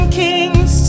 kings